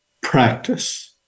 Practice